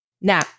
Now